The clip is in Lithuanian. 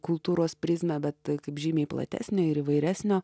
kultūros prizmę bet kaip žymiai platesnio ir įvairesnio